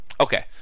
Okay